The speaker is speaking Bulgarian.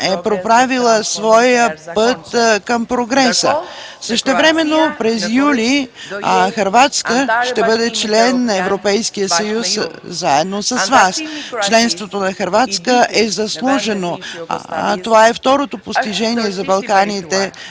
проправила своя път към прогреса. Същевременно през месец юли Република Хърватия ще бъде член на Европейския съюз заедно с Вас. Членството на Хърватска е заслужено. Това е едно постижение за Балканите,